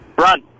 Run